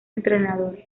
entrenador